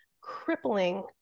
crippling